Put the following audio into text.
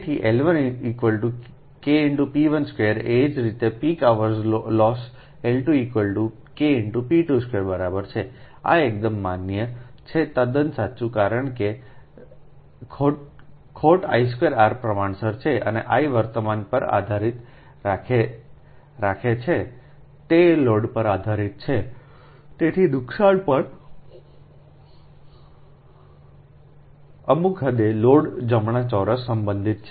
તેથીL1K×P12 એ જ રીતે પીક અવર્સ લોસમાંL2K×P22 બરાબર છે આ એકદમ માન્ય છે તદ્દન સાચું કારણ કે ખોટI2 પ્રમાણસર છેઅને I વર્તમાન પર આધાર રાખું છું તે લોડ પર આધારીત છે તેથી નુકસાન પણ અમુક હદે લોડ જમણાના ચોરસને સંબંધિત છે